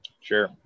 Sure